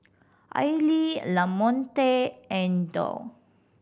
Aili Lamonte and Dow